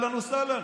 אהלן וסהלן.